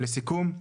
לסיכום,